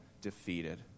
defeated